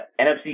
NFC